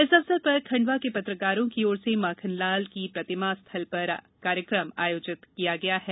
इस अवसर पर खंडवा के पत्रकारों की ओर से माखनलाल की प्रतिमा स्थल पर कार्यक्रम आयोजित होगा